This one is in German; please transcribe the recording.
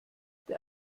der